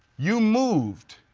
you moved,